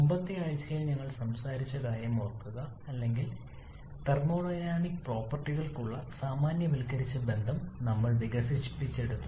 മുമ്പത്തെ ആഴ്ചയിൽ ഞങ്ങൾ സംസാരിച്ച കാര്യം ഓർക്കുക അല്ലെങ്കിൽ തെർമോഡൈനാമിക് പ്രോപ്പർട്ടികൾക്കുള്ള സാമാന്യവൽക്കരിച്ച ബന്ധം നമ്മൾ വികസിപ്പിച്ചെടുത്തു